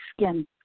skin